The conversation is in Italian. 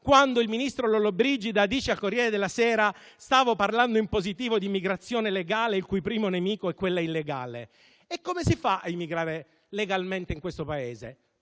quando il ministro Lollobrigida dice al «Corriere della Sera» che stava parlando in positivo di migrazione legale il cui primo nemico è quella illegale? Come si fa a immigrare legalmente in questo Paese?